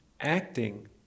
acting